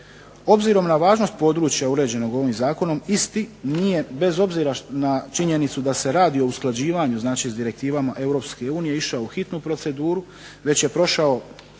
Obzirom na važnost područja uređenog ovim Zakonom isti nije bez obzira na činjenicu da se radi o usklađivanju znači s direktivama Europske unije išao u hitnu proceduru već je prošao